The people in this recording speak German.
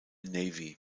navy